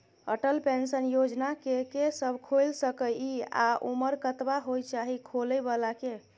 Atal pension योजना के के सब खोइल सके इ आ उमर कतबा होय चाही खोलै बला के?